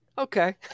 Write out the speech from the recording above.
Okay